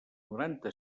noranta